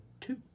two